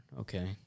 Okay